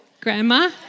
Grandma